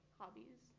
hobbies